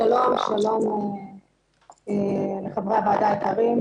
שלום לחברי הוועדה היקרים,